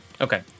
Okay